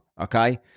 okay